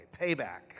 Payback